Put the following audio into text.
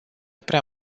prea